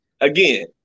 again